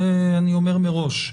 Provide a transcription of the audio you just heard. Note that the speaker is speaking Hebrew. זה אני אומר מראש,